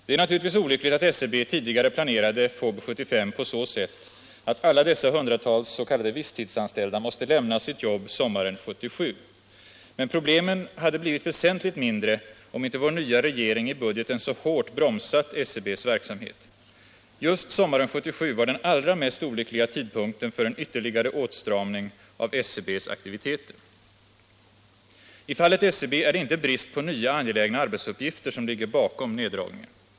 Det är naturligtvis olyckligt att SCB tidigare planerade FoB 75 på så sätt att alla dessa hundratals s.k. visstidsanställda måste lämna sina jobb sommaren 1977. Men problemen hade blivit väsentligt mindre om inte vår nya regering i budgeten så hårt bromsat SCB:s verksamhet. Just sommaren 1977 var den olyckligaste tidpunkten för en ytterligare åtstramning av SCB:s aktiviteter. I fallet SCB är det inte brist på nya angelägna arbetsuppgifter som ligger bakom neddragningen.